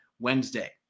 Wednesday